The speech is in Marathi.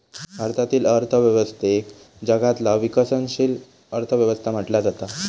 भारतीय अर्थव्यवस्थेक जगातला विकसनशील अर्थ व्यवस्था म्हटला जाता